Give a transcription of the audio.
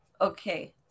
Okay